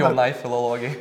jaunai filologei